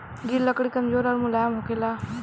गिल लकड़ी कमजोर अउर मुलायम होखेला